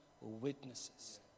witnesses